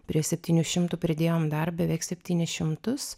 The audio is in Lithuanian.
prie septynių šimtų pridėjome dar beveik septynis šimtus